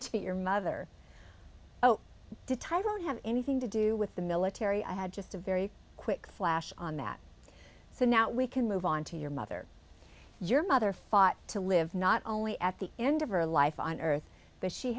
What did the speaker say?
to your mother oh did tyrone have anything to do with the military i had just a very quick flash on that so now we can move on to your mother your mother fought to live not only at the end of her life on earth but she